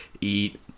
eat